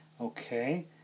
Okay